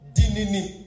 dinini